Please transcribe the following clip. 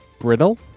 brittle